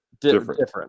Different